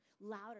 louder